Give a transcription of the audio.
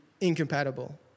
incompatible